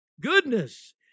Goodness